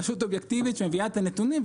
רשות אובייקטיבית שמביאה את הנתונים,